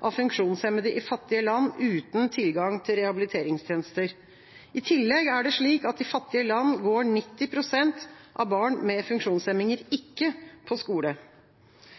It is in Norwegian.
av funksjonshemmede i fattige land uten tilgang til rehabiliteringstjenester. I tillegg er det slik at i fattige land går 90 pst. av barn med funksjonshemninger ikke på skole.